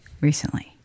recently